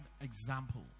example